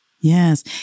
Yes